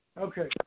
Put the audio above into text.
Okay